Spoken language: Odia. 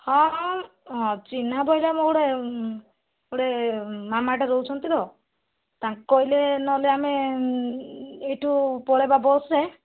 ହଁ ଚିହ୍ନା ଜାଗା ମୋର ଗୋଟେ ଗୋଟେ ମାମାଟେ ରହୁଛନ୍ତି ତ ତାଙ୍କୁ କହିଲେ ନହେଲେ ଆମେ ଏଇଠୁ ପଳେଇବା ବସରେ